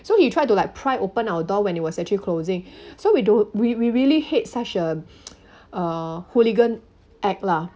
so he tried to like pry open our door when it was actually closing so we don't we we really hate such a uh hooligan act lah